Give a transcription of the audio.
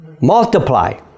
Multiply